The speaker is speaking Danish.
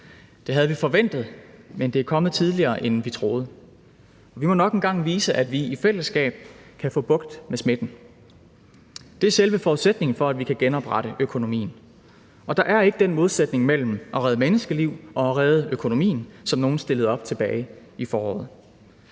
Det havde vi forventet, men det er kommet tidligere, end vi troede. Vi må nok engang vise, at vi i fællesskab kan få bugt med smitten. Det er selve forudsætningen for, at vi kan genoprette økonomien. Og der er ikke den modsætning mellem at redde menneskeliv og at redde økonomien, som nogen stillede op tilbage i foråret.